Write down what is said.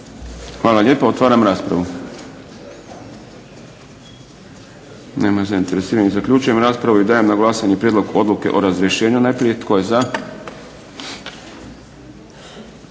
Hvala lijepa. Otvaram raspravu. Nema zainteresiranih. Zaključujem raspravu i dajem na glasovanje prijedlog Odluke o razrješenju